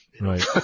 Right